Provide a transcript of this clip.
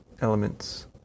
elements